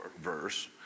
verse